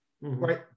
right